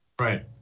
right